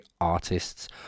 artists